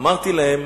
אמרתי להם